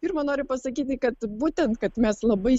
pirma noriu pasakyti kad būtent kad mes labai